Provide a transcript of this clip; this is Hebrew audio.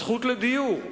הזכות לדיור,